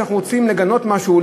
אנחנו רוצים לגנות משהו,